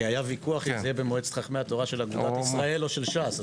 כי היה ויכוח אם זה יהיה במועצת חכמי התורה של אגודת ישראל או של ש"ס.